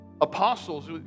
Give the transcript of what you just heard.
apostles